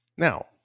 Now